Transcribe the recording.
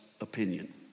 opinion